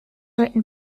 written